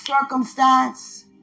circumstance